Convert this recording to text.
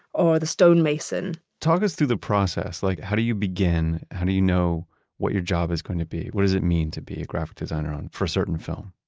or the stonemason talk us through the process, like how do you begin? how do you know what your job is going to be? what does it mean to be a graphic designer um for a certain film?